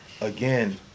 again